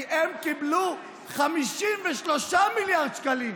כי הם קיבלו 53 מיליארד שקלים.